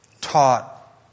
taught